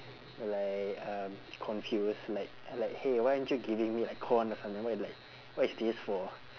like um confused like like hey why aren't you giving me like corn or something why like what is this for